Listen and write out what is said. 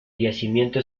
yacimiento